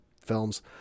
films